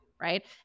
Right